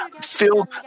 feel